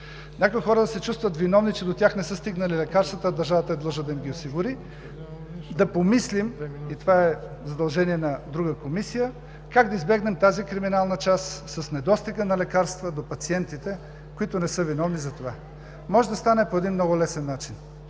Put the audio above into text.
някои хора да се чувстват виновни, че до тях не са стигнали лекарствата, а държавата е длъжна да им ги осигури, да помислим – и това е задължение на друга Комисия – как да избегнем тази криминална част с недостига на лекарства до пациентите, които не са виновни за това. Може да стане по един много лесен начин